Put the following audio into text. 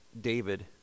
David